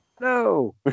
No